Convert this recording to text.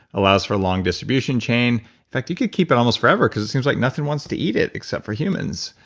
allows for a long distribution chain, in fact you could keep it almost forever cause it seems like nothing wants to eat it except for humans,